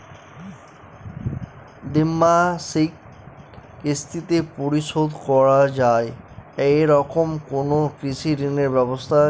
দ্বিমাসিক কিস্তিতে পরিশোধ করা য়ায় এরকম কোনো কৃষি ঋণের ব্যবস্থা আছে?